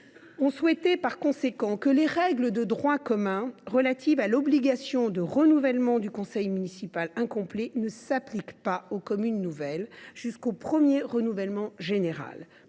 loi souhaitent que les règles de droit commun relatives à l’obligation de renouvellement du conseil municipal incomplet ne s’appliquent pas aux communes nouvelles jusqu’au premier renouvellement général,